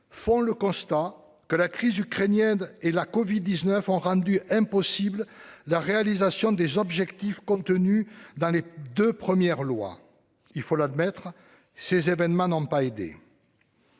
font le constat que la crise ukrainienne et la covid-19 ont rendu impossible l'atteinte des objectifs contenus dans les deux premières lois. Il faut l'admettre, ces événements n'ont pas aidé